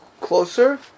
closer